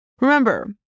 Remember